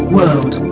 World